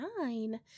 nine